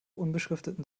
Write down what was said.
unbeschrifteten